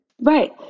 Right